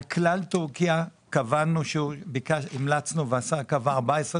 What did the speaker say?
על כלל טורקיה המלצנו והשר קבע היטל של